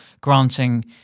granting